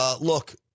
Look